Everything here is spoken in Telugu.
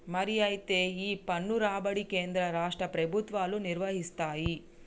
మరి అయితే ఈ పన్ను రాబడి కేంద్ర రాష్ట్ర ప్రభుత్వాలు నిర్వరిస్తాయి